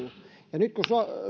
jatkuu nyt kun